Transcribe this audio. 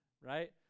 right